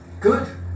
Good